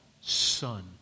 Son